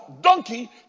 donkey